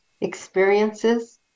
experiences